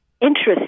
interest